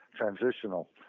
transitional